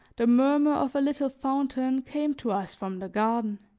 the murmur of a little fountain came to us from the garden.